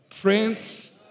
Prince